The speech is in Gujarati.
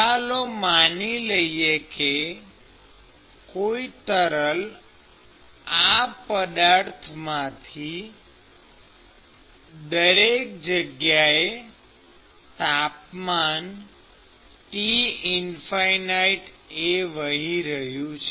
ચાલો માની લઈએ કે કોઈ તરલ આ પદાર્થમાંથી દરેક જગ્યાએ તાપમાન T એ વહી રહ્યું છે